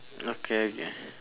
okay okay